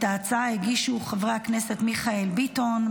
את ההצעה הגישו חברי הכנסת מיכאל ביטון,